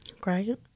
Great